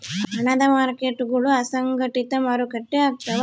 ಹಣದ ಮಾರ್ಕೇಟ್ಗುಳು ಅಸಂಘಟಿತ ಮಾರುಕಟ್ಟೆ ಆಗ್ತವ